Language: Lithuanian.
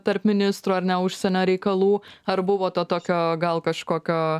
tarp ministrų ar ne užsienio reikalų ar buvo to tokio gal kažkokio